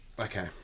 Okay